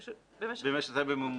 בממוצע.